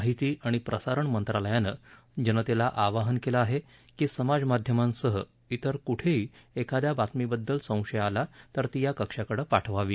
माहिती आणि प्रसारण मंत्रालयानं जनतेला आवाहन केलं आहे की समाजमाध्यमांसह त्रेर कुठेही एखाद्या बातमीबद्दल संशय आला तर ती या कक्षाकडे पाठवावी